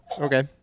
Okay